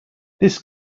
this